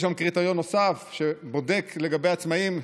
יש שם קריטריון נוסף לגבי עצמאים,